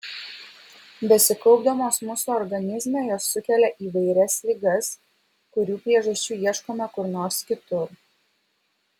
besikaupdamos mūsų organizme jos sukelia įvairias ligas kurių priežasčių ieškome kur nors kitur